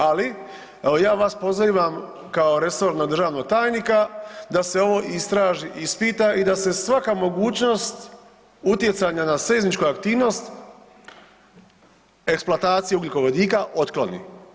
Ali ja vas pozivam kao resornog državnog tajnika da se ovo istraži i ispita i da se svaka mogućnost utjecaja na seizmičku aktivnost eksploatacije ugljikovodika otkloni.